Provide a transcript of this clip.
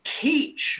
teach